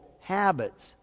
Habits